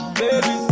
baby